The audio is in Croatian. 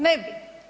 Ne bi.